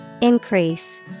Increase